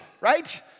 right